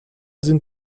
sind